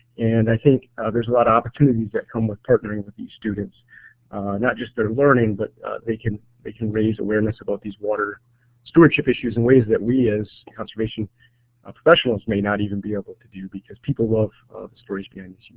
and i think there's a lot of opportunities that come with partnering with these students not just their learning but they can they can raise awareness about these water stewardship issues in ways that we as conservation professionals may not even be able to do because people love stories behind